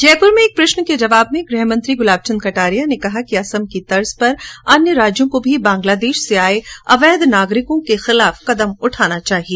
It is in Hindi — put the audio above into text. जयपुर में एक प्रश्न के जवाब में गृह मेंत्री गुलाब चंद कटारिया ने कहा कि असम की तर्ज पर अन्य राज्यों को भी बांग्लादेश से आए अवैध नागरिकों के विरूद्व कदम उठाना चाहिए